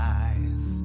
eyes